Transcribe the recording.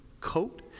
coat